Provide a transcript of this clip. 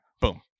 boom